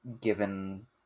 given